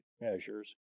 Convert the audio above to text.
measures